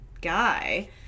guy